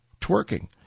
twerking